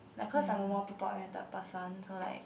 like cause I'm a more people oriented person so like